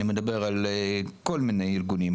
אני מדבר על כל מיני ארגונים,